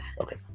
Okay